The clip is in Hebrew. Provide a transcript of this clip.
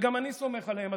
וגם אני סומך עליהם,